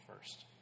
first